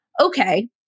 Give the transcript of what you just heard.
okay